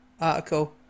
article